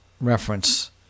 reference